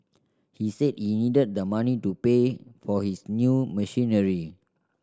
he said he needed the money to pay for his new machinery